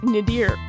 Nadir